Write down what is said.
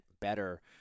better